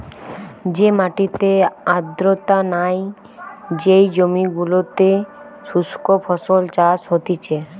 যে মাটিতে আর্দ্রতা নাই, যেই জমি গুলোতে শুস্ক ফসল চাষ হতিছে